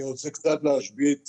אני רוצה קצת להשבית שמחות.